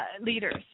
leaders